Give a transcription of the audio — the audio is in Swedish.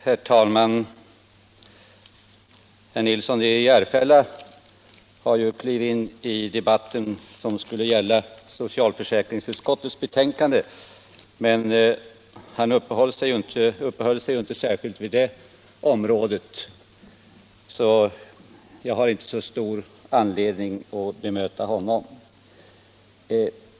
Herr talman! Herr Nilsson i Järfälla uppehöll sig inte särskilt mycket vid socialförsäkringsutskottets betänkande, som ju debatten gäller, så jag har inte så stor anledning att bemöta honom.